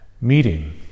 meeting